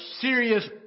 serious